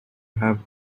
have